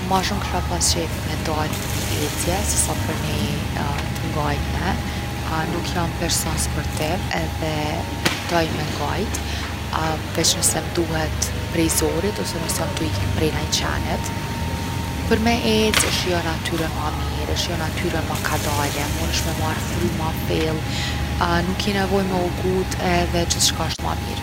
Ma shumë kisha pas qef me dal për ni ecje se sa për ni t’ngajtne. Nuk jom person sportive edhe pritoj me ngajt, veq nëse m’duhet prej zorit ose nëse jom tu ik prej naj qenit. Për me ecë e shijon natyrën ma mirë, e shijon natyrën ma kadale, munesh me marrë frymë ma fellë. Nuk ki nevojë me u gut edhe gjithçka osht ma mirë.